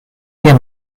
tia